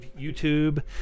YouTube